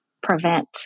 prevent